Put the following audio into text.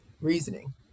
reasoning